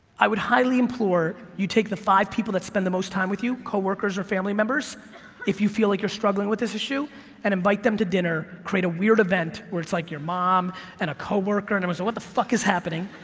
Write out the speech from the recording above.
i would highly implore you take the five people that spend the most time with you, co-workers, or family members if you feel like you're struggling with this issue and invite them to dinner, create a weird event where it's like your mom and a co-worker, and she'll say what the fuck is happening,